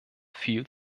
viel